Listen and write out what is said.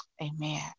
Amen